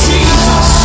Jesus